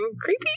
creepy